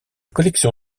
collection